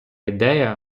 ідея